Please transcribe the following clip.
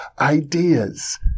ideas